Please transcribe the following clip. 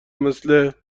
مثل